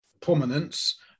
prominence